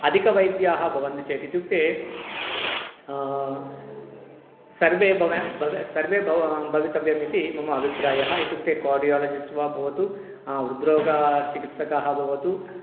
अधिकवैद्याः भवन्ति चेत् इत्युक्ते सर्वे भव भव सर्वे भव भवितव्यमिति मम अभिप्रायः इत्युक्ते कोर्डियालजिस्ट् वा भवतु हृद्रोगचिकित्सकाः भवन्तु